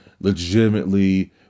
legitimately